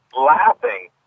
laughing